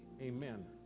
Amen